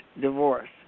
divorce